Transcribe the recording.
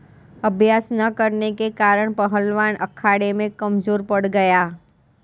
अभ्यास न करने के कारण पहलवान अखाड़े में कमजोर पड़ गया